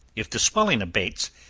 if the swelling abates,